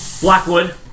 Blackwood